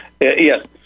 Yes